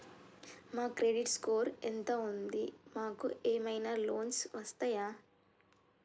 మా credit score ఎంత ఉంది? మాకు ఏమైనా లోన్స్ వస్తయా?